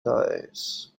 days